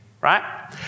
right